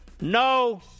no